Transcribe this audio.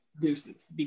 deuces